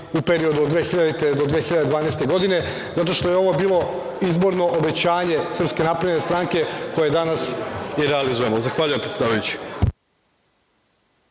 u periodu od 2000. do 2012. godine, zato što je ovo bilo izborno obećanje SNS koje danas i realizujemo. Zahvaljujem, predsedavajući.